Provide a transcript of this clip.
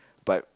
but